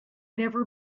never